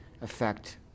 affect